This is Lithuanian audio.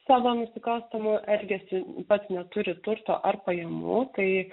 savo nusikalstamu elgesiu pats neturi turto ar pajamų tai